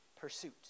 pursuit